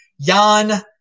Jan